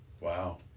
Wow